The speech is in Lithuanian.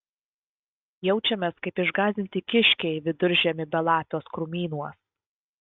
jaučiamės kaip išgąsdinti kiškiai viduržiemį belapiuos krūmynuos